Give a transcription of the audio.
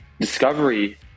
Discovery